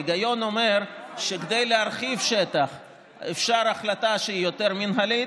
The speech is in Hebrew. ההיגיון אומר שכדי להרחיב שטח אפשר החלטה שהיא יותר מינהלית,